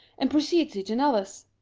and precedes it in others.